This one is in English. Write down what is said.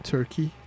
Turkey